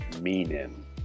meaning